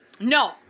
No